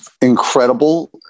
incredible